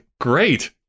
great